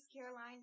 Caroline